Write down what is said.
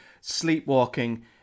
sleepwalking